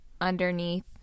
underneath